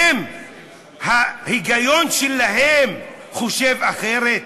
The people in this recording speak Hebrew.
האם ההיגיון שלהם חושב אחרת?